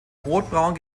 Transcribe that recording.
rotbraun